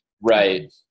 Right